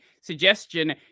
Suggestion